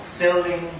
selling